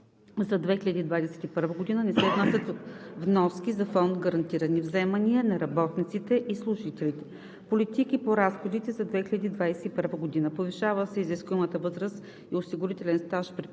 за 2021 г. не се внасят вноски за Фонд „Гарантирани вземания на работниците и служителите“. 3. Политики по разходите за 2021 г.: - повишава се изискуемата възраст и осигурителен стаж при